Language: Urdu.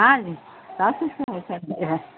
ہاں